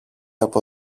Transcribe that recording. από